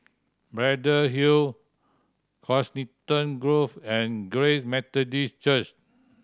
Braddell Hill Coniston Grove and Grace Methodist Church